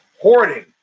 hoarding